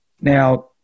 Now